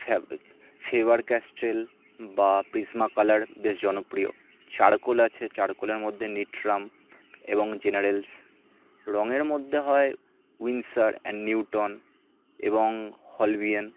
fabric Faber Castell বা Prisma colour বেশ জনপ্রিয় চারকোল আছে চারকোলের মধ্যে নিট্রাম এবং জেনারেলস রঙের মধ্যে হয় উইনসার অ্যান্ড নিউটন এবং হলভিয়ান